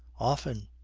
often.